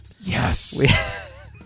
Yes